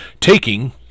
taking